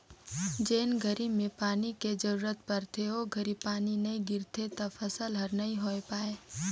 जेन घरी में पानी के जरूरत पड़थे ओ घरी पानी नई गिरथे त फसल हर नई होय पाए